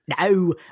No